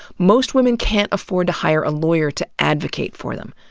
most women can't afford to hire a lawyer to advocate for them.